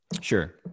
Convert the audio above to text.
sure